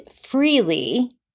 freely